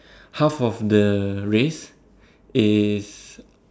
half of the race is